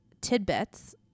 tidbits